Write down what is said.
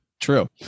True